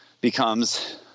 becomes